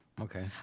Okay